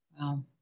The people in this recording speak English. Wow